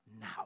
now